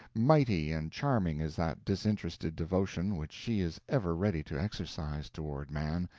mighty and charming is that disinterested devotion which she is ever ready to exercise toward man,